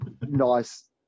nice